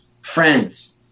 friends